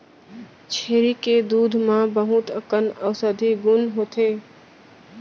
छेरी के दूद म बहुत अकन औसधी गुन होथे